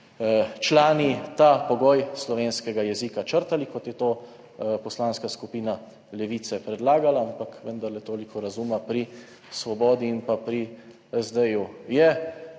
člani ta pogoj slovenskega jezika črtali, kot je to Poslanska skupina Levice predlagala, pa vendar toliko razuma pri Svobodi in pri SD je.